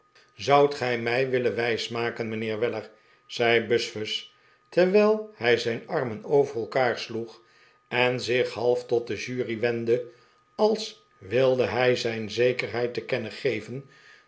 zoudt gij mij willen wijsmaken mijnheer weller zei buzfuz terwijl hij zijn armen over elkaar sloeg en zich half tot de jury wendde als wilde hij zijn zekerheid te kennen geven